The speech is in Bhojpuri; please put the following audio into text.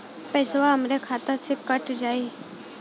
पेसावा हमरा खतवे से ही कट जाई?